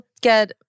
get